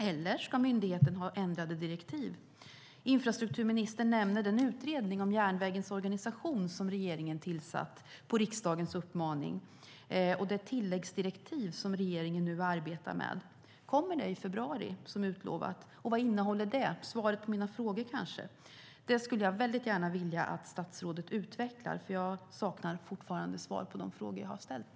Eller ska myndigheten ha ändrade direktiv? Infrastrukturministern nämner den utredning om järnvägens organisation som regeringen tillsatt på riksdagens uppmaning och det tilläggsdirektiv som regeringen nu arbetar med. Kommer det i februari som har utlovats? Och vad innehåller det? Det är kanske svaret på mina frågor. Det skulle jag gärna vilja att statsrådet utvecklar eftersom jag fortfarande saknar svar på de frågor jag har ställt.